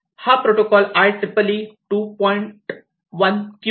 हा protocol IEEE2